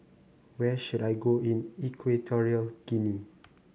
where should I go in Equatorial Guinea